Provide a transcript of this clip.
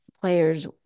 players